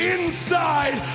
Inside